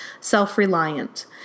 self-reliant